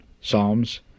Psalms